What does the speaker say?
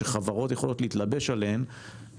שחברות יכולות להתלבש עליהן,